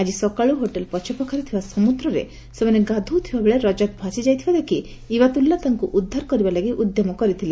ଆଜି ସକାଳୁ ହୋଟେଲ ପଛପାଖରେ ଥିବା ସମୁଦ୍ରରେ ସେମାନେ ଗାଧୋଉଥିବା ବେଳେ ରଜତ ଭାସି ଯାଇଥିବା ଦେଖି ଇବାତୁଲ୍ଲା ତାକୁ ଉଦ୍ଧାର କରିବା ଲାଗି ଉଦ୍ଧମ କରିଥିଲା